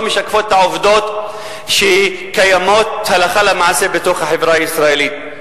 לא משקפות את העובדות שקיימות הלכה למעשה בתוך החברה הישראלית.